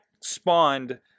spawned